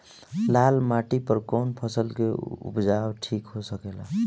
लाल माटी पर कौन फसल के उपजाव ठीक हो सकेला?